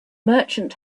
merchant